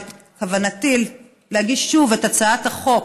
שבכוונתי להגיש שוב את הצעת החוק